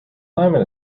climate